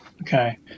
Okay